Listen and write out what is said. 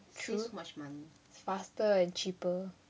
true it's faster and cheaper